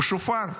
הוא שופר.